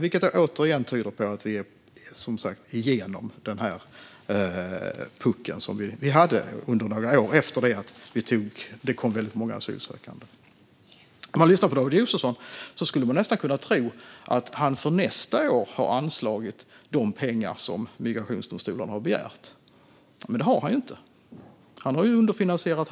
Det tyder på att vi har kommit över puckeln som vi hade under några år efter att väldigt många asylsökande kommit hit. När man lyssnar på David Josefsson skulle man nästan kunna tro att han för nästa år har anslagit de pengar som migrationsdomstolarna har begärt. Men det har han inte, utan har också underfinansierat.